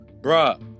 Bruh